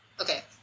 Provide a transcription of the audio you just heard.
okay